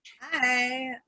Hi